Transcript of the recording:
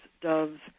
doves